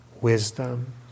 wisdom